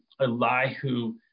Elihu